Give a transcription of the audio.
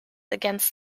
against